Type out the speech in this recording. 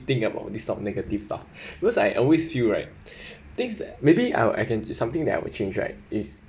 think about this type of negative stuff because I always feel right things that maybe I'll I can do something that I would change right is